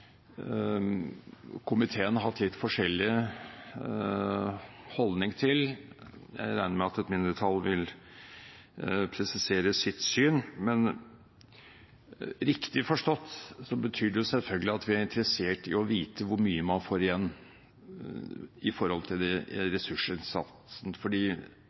har medlemmene i komiteen hatt litt forskjellig holdning til. Jeg regner med at mindretallet vil presisere sitt syn. Men riktig forstått betyr det selvfølgelig at vi er interessert i å vite hvor mye man får igjen i forhold til